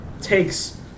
takes